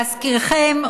להזכירכם,